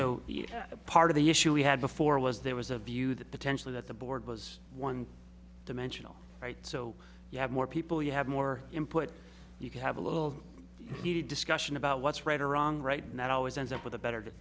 know part of the issue we had before was there was a view that potentially that the board was one dimensional right so you have more people you have more input you can have a little heated discussion about what's right or wrong right not always ends up with a better